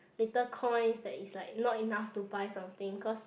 little coin that is like not enough to buy something cause